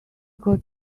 got